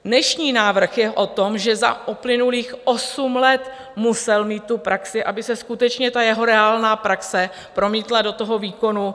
Dnešní návrh je o tom, že za uplynulých osm let musel mít tu praxi, aby se skutečně jeho reálná praxe promítla do toho výkonu.